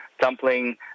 dumpling